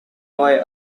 boy